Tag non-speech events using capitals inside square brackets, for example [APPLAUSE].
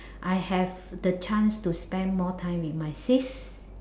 [BREATH] I have the chance to spend more time with my sis